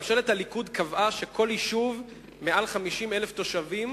ממשלת הליכוד קבעה שלכל יישוב שבו יותר מ-50,000 תושבים